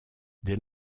des